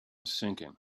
sinking